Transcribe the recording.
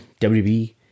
WB